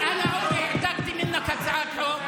אני העתקתי ממך הצעת חוק?